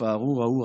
הארור ההוא,